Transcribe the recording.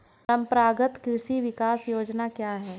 परंपरागत कृषि विकास योजना क्या है?